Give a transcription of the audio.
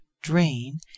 drain